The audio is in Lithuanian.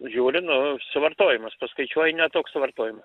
žiūri nu suvartojimas paskaičiuoji ne toks suvartojimas